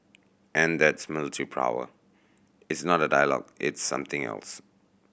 and that's military power it's not dialogue it's something else